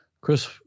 Chris